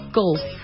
golf